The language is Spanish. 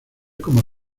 como